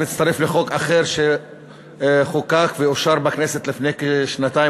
מצטרף לחוק אחר שחוקק ואושר בכנסת לפני כשנתיים,